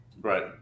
Right